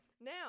Now